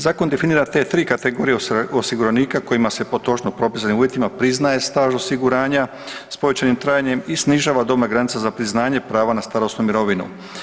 Zakon definira te tri kategorije osiguranika kojima se po točno propisanim uvjetima priznaje staž osiguranja s povećanim trajanjem i snižava dobna granica za priznanje prava na starosnu mirovinu.